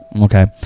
Okay